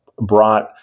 brought